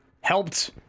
helped